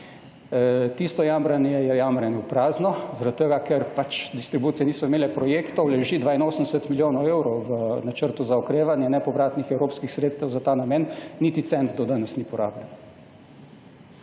Tisto jamranje je jamranje v prazno, zaradi tega, ker pač distribucije niso imele projektov, leži 82 milijonov evrov v načrtu za okrevanje nepovratnih evropskih sredstev za ta namen, niti cent do danes ni porabljen.